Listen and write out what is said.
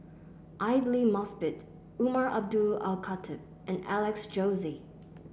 Aidli Mosbit Umar Abdullah Al Khatib and Alex Josey